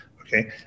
okay